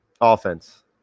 Offense